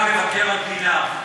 גם מבקר המדינה,